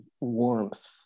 warmth